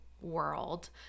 World